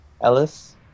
Ellis